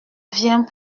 viens